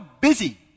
busy